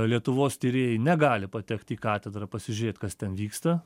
lietuvos tyrėjai negali patekt į katedrą pasižiūrėt kas ten vyksta